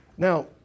Now